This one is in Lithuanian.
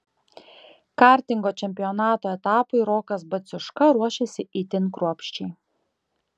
kartingo čempionato etapui rokas baciuška ruošėsi itin kruopščiai